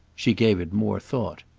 she gave it more thought.